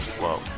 Whoa